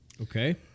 Okay